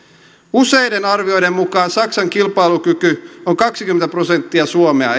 useiden arvioiden mukaan saksan kilpailukyky on kaksikymmentä prosenttia suomea